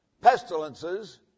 pestilences